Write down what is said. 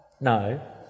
No